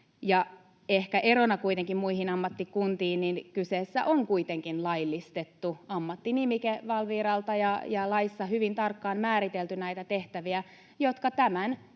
kuitenkin muihin ammattikuntiin: Kyseessä on kuitenkin laillistettu ammattinimike Valviralta, ja laissa on hyvin tarkkaan määritelty näitä tehtäviä, jotka tämän